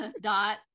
dot